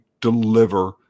deliver